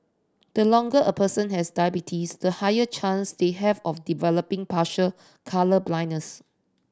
the longer a person has diabetes the higher chance they have of developing partial colour blindness